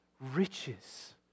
riches